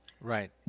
Right